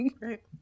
Right